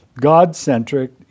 God-centric